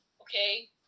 okay